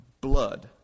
blood